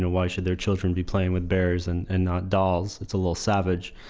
ah why should their children be playing with bears and and not dolls? it's a little savage.